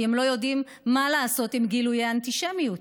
כי הם לא יודעים מה לעשות עם גילויי אנטישמיות.